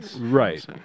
right